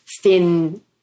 thin